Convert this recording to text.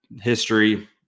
history